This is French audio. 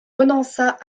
renonça